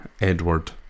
Edward